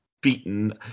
beaten